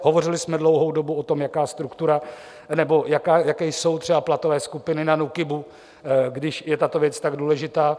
Hovořili jsme dlouhou dobu o tom, jaká struktura nebo jaké jsou třeba platové skupiny na NÚKIBu, když je tato věc tak důležitá.